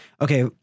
okay